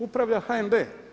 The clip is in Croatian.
Upravlja HNB.